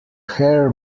hair